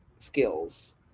skills